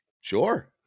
sure